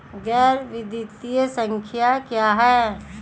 गैर वित्तीय संस्था क्या है?